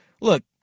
look